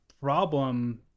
problem